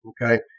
okay